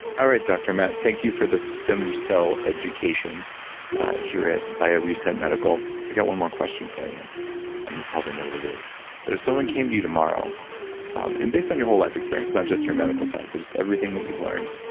all right dr. matt thank you for the stem cell education here at bioreset medical. i got one more question for you and probably know what it is but if someone came to you tomorrow and based on your whole life experience not just your medical side, but just everything that you've learned.